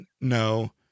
no